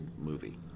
movie